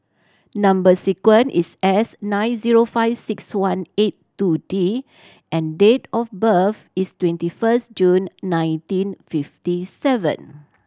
number sequence is S nine zero five six one eight two D and date of birth is twenty first June nineteen fifty seven